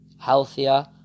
healthier